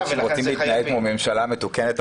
זה כבר ממש אם רוצים להתנהג כמו ממשלה מתוקנת,